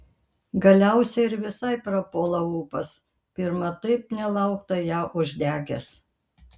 galiausiai ir visai prapuola ūpas pirma taip nelauktai ją uždegęs